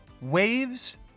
Waves